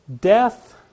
Death